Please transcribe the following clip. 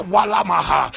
Walamaha